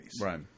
Right